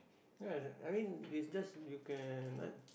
no as in I mean it's just you can